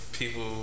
people